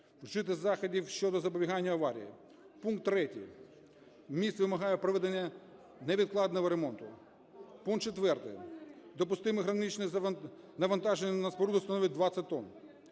Вжити заходів щодо запобігання аварії. Пункт 3. Міст вимагає проведення невідкладного ремонту. Пункт 4. Допустиме граничне навантаження на споруду становить 20 тон."